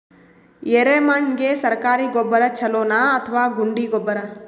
ಎರೆಮಣ್ ಗೆ ಸರ್ಕಾರಿ ಗೊಬ್ಬರ ಛೂಲೊ ನಾ ಅಥವಾ ಗುಂಡಿ ಗೊಬ್ಬರ?